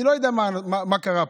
אני לא יודע מה קרה פה.